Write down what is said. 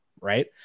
Right